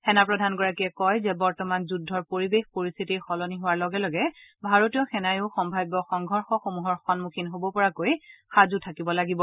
সেনা প্ৰধানগৰাকীয়ে কয় যে বৰ্তমান যুদ্ধৰ পৰিৱেশ পৰিস্থিতি সলনি হোৱাৰ লগে লগে ভাৰতীয় সেনাইও সম্ভাব্য সংঘৰ্যসমূহৰ সন্মুখীন হব পৰাকৈ সাজু থাকিব লাগিব